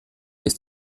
ist